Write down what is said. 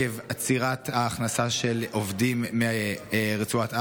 עקב עצירת ההכנסה של עובדים מרצועת עזה,